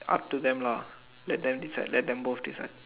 up to them lah let them decide let them both decide